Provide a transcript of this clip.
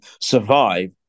survive